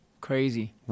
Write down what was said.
Crazy